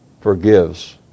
forgives